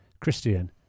Christian